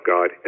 God